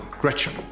Gretchen